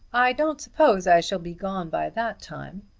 i don't suppose i shall be gone by that time,